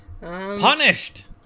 Punished